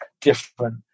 different